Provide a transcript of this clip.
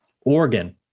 Oregon